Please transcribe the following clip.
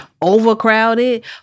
overcrowded